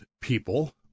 people